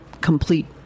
complete